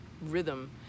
rhythm